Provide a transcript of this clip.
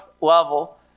level